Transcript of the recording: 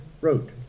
wrote